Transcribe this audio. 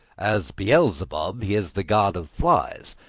as beelzebub he is the god of flies,